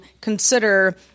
consider